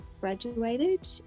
graduated